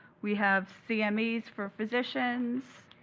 we have cmes for physicians.